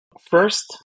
First